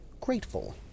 grateful